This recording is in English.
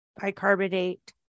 bicarbonate